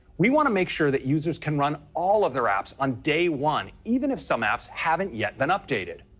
we wanna make sure that users can run all of their apps on day one, even if some apps haven't yet been updated.